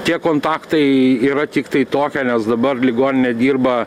tie kontaktai yra tiktai tokie nes dabar ligoninė dirba